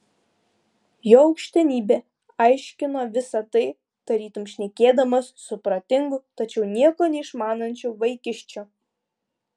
jo aukštenybė aiškino visa tai tarytum šnekėdamas su protingu tačiau nieko neišmanančiu vaikiščiu